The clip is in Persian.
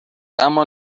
اما